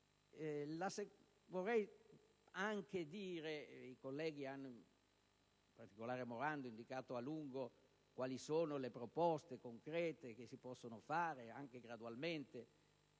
Morando, hanno indicato a lungo quali sono le proposte concrete che si possono fare, anche gradualmente;